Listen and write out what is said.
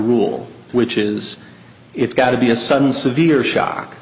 rule which is it's got to be a sudden severe shock